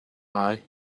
ngai